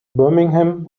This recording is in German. birmingham